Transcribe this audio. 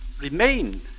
remain